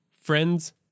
friends